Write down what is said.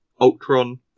Ultron